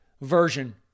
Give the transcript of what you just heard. version